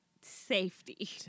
safety